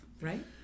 right